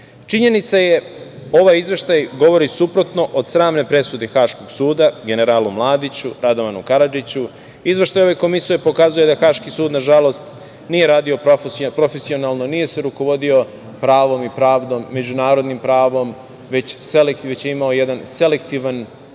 je da ovaj Izveštaj govori suprotno od sramne presude Haškog suda generalu Mladiću, Radovanu Karadžiću. Izveštaj ove Komisije pokazuje da Haški sud, nažalost, nije radio profesionalno, nije se rukovodio pravom i pravdom, međunarodnim pravom, već je imao jedan selektivan